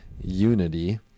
unity